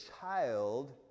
child